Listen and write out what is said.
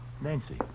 Nancy